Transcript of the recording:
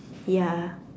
ya